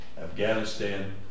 Afghanistan